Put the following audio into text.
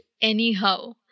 anyhow